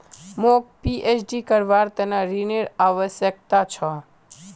मौक पीएचडी करवार त न ऋनेर आवश्यकता छ